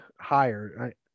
higher